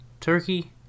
turkey